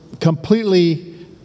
completely